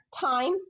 time